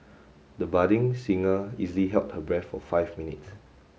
the budding singer easily held her breath for five minutes